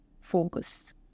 focus